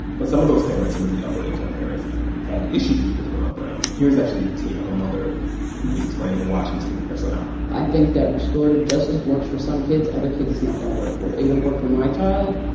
but some of those parents some of the upper-income parents had issues with ron brown. here's actually tape of a mother who was explaining why she was taking her son out i think that restorative justice works for some kids. other kids, it's not going to work for. it would've worked for my child,